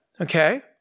Okay